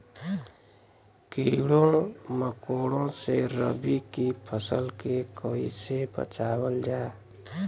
कीड़ों मकोड़ों से रबी की फसल के कइसे बचावल जा?